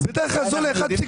בדרך כלל זה עולה 1.6,